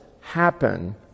happen